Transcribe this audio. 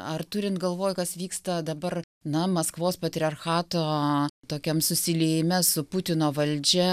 ar turint galvoj kas vyksta dabar na maskvos patriarchato tokiam susiliejime su putino valdžia